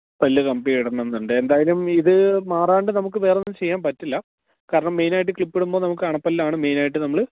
പല്ല് കമ്പിയിടണമെന്നുണ്ട് എന്തായാലും ഇത് മാറാതെ നമുക്ക് വേറെയൊന്നും ചെയ്യാന് പറ്റില്ല കാരണം മെയ്നായിട്ട് ക്ലിപ്പിടുമ്പോള് നമുക്ക് അണപ്പല്ലാണ് മേയ്നായിട്ട് നമ്മള്